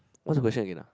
what's the question again ah